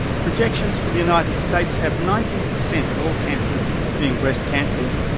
projections for the united states have nineteen per cent of all cancers being breast cancers,